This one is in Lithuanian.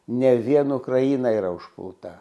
ne vien ukraina yra užpulta